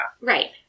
right